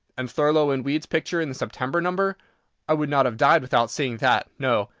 and thurlow and weed's picture in the september number i would not have died without seeing that, no,